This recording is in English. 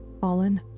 Fallen